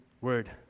Word